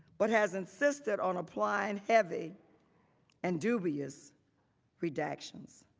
but has insisted on a plane heavy and dubious reductions.